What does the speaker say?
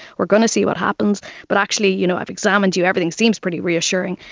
we're going to see what happens, but actually you know i've examined you, everything seems pretty reassuring.